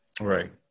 Right